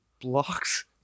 blocks